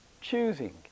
choosing